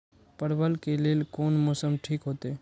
परवल के लेल कोन मौसम ठीक होते?